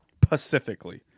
Pacifically